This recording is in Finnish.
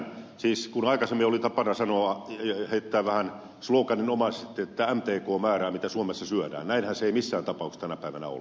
siis kun aikaisemmin oli tapana sanoa ja heittää vähän sloganin omaisesti että mtk määrää mitä suomessa syödään näinhän se ei missään tapauksessa tänä päivänä ole